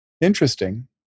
Interesting